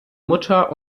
mutter